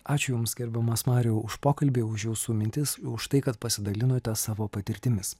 ačiū jums gerbiamas mariau už pokalbį už jūsų mintis už tai kad pasidalinote savo patirtimis